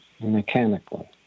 mechanically